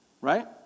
right